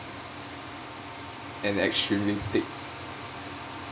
and extremely thick